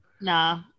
Nah